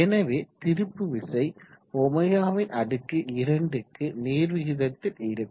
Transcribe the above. எனவே திருப்பு விசை ω2 க்கு நேர்விகிதத்தில் இருக்கும்